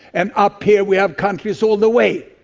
and up here we have countries all the way.